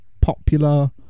popular